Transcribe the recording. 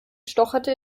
stocherte